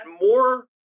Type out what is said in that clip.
more